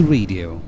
Radio